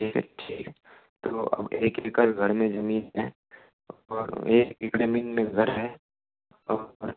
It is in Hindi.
ठीक है ठीक है तो अब एक एकड़ घर में जमीन है और एक बीघा जमीन मे घर है और